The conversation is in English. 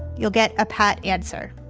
you'll get a pat answer.